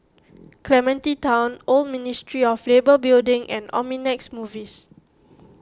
Clementi Town Old Ministry of Labour Building and Omnimax Movies